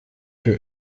für